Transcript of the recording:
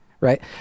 right